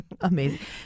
amazing